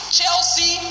Chelsea